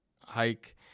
hike